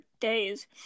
days